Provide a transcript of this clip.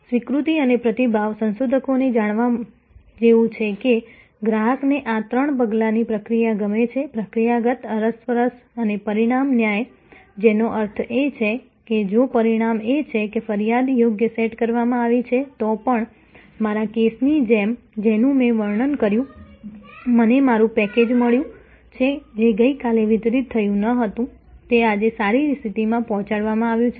સ્વીકૃતિ અને પ્રતિભાવ સંશોધકો ને જાણવા જેવું છે કે ગ્રાહકને આ ત્રણ પગલાની પ્રક્રિયા ગમે છે પ્રક્રિયાગત અરસપરસ અને પરિણામ ન્યાય જેનો અર્થ એ છે કે જો પરિણામ એ છે કે ફરિયાદ યોગ્ય સેટ કરવામાં આવી છે તો પણ મારા કેસની જેમ જેનું મેં વર્ણન કર્યું મને મારું પેકેજ મળ્યું છે જે ગઈકાલે વિતરિત થયું ન હતું તે આજે સારી સ્થિતિમાં પહોંચાડવામાં આવ્યું છે